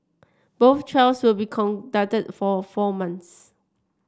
both trials will be conducted for four months